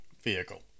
vehicle